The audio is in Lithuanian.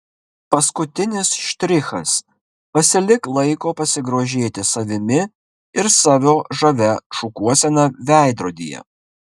paskutinis štrichas pasilik laiko pasigrožėti savimi ir savo žavia šukuosena veidrodyje